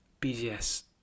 bgs